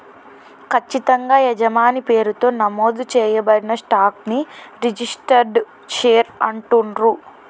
ఖచ్చితంగా యజమాని పేరుతో నమోదు చేయబడిన స్టాక్ ని రిజిస్టర్డ్ షేర్ అంటుండ్రు